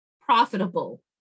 profitable